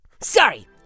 Sorry